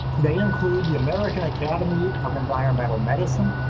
they include the american academy of environmental medicine,